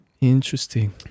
Interesting